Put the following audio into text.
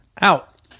Out